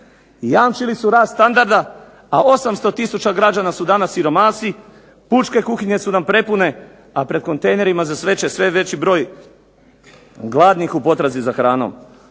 Jamčili su rast standarda, a 800 tisuća građana su danas siromasi, pučke kuhinje su nam prepune, a pred kontejnerima za smeće sve je veći broj gladnih u potrazi za hranom.